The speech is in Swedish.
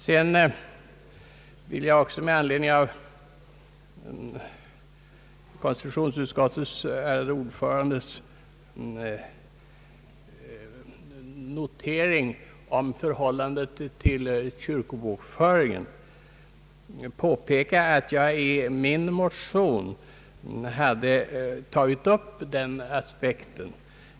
Med anledning av det uttalande som konstitutionsutskottets ärade ordförande gjorde om förhållandet till kyrkobokföringen vill jag påpeka att jag i min motion tagit upp den aspekten.